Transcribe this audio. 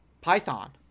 Python